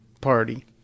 party